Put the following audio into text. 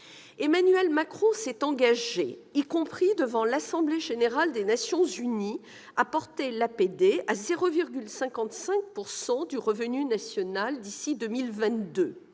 Emmanuel Macron s'est engagé, y compris devant l'Assemblée générale des Nations unies, à porter l'APD à 0,55 % du revenu national brut d'ici à 2022-